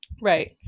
Right